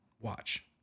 Watch